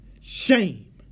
Shame